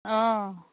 অ